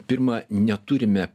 pirma neturime